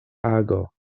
ago